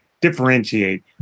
differentiate